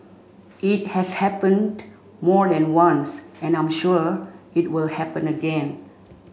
it has happened more than once and I'm sure it will happen again